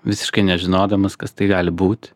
visiškai nežinodamas kas tai gali būti